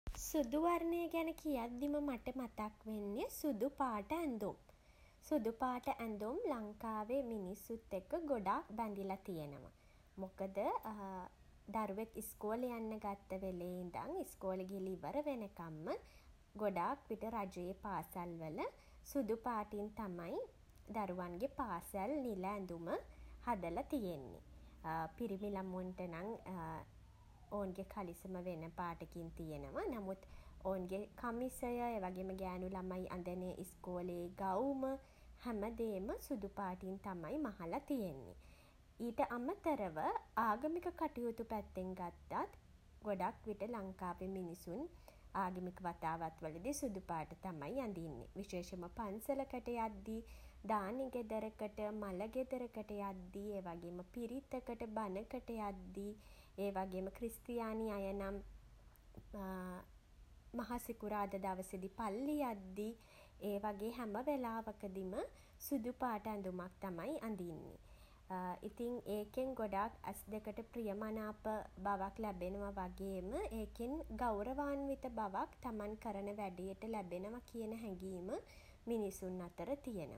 සුදු වර්ණය ගැන කියද්දිම මට මතක් වෙන්නේ සුදු පාට ඇඳුම්. සුදු පාට ඇඳුම් ලංකාවේ මිනිස්සුත් එක්ක ගොඩක් බැඳිලා තියෙනවා. මොකද දරුවෙක් ඉස්කෝලෙ යන්න ගත්ත වෙලේ ඉඳන් ඉස්කෝලෙ ගිහින් ඉවර වෙනකම්ම ගොඩාක් විට රජයේ පාසල් වල සුදු පාටින් තමයි දරුවන්ගේ පාසල් නිල ඇඳුම හදලා තියෙන්නෙ. පිරිමි ළමුන්ට නම් ඔවුන්ගේ කලිසම වෙන පාටකින් තියෙනවා. නමුත් ඔවුන්ගේ කමිසය ඒ වගේම ගෑණු ළමයි අඳින ඉස්කෝලේ ගවුම හැමදේම සුදු පාටින් තමයි මහලා තියෙන්නේ. ඊට අමතරව ආගමික කටයුතු පැත්තෙන් ගත්තත් ගොඩක් විට ලංකාවේ මිනිසුන් ආගමික වතාවත් වලදී සුදු පාට තමයි අඳින්නේ. විශේෂෙන්ම පන්සලකට යද්දී දානෙ ගෙදරකට මළ ගෙදරකට යද්දී ඒ වගේම පිරිතකට බණකට යද්දී ඒ වගේම ක්‍රිස්තියානි අය නම් මහ සිකුරාදා දවසෙදි පල්ලි යද්දී ඒ වගේ හැම වෙලාවකදිම සුදු පාට ඇඳුමක් තමයි අඳින්නේ ඉතින් ඒකෙන් ගොඩක් ඇස් දෙකට ප්රියමනාප බවක් ලැබෙනවා වගේම ඒකෙන් ගෞරවාන්විත බවක් තමන් කරන වැඩේට ලැබෙනවා කියන හැඟීම මිනිසුන් අතර තියෙනවා.